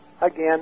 Again